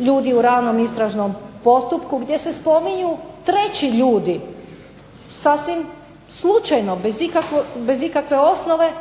ljudi u ranom istražnom postupku, gdje se spominju treći ljudi sasvim slučajno bez ikakve osnove